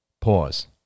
Pause